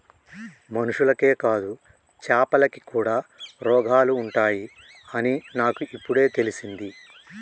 మనుషులకే కాదు చాపలకి కూడా రోగాలు ఉంటాయి అని నాకు ఇపుడే తెలిసింది